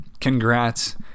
Congrats